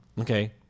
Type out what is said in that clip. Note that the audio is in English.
okay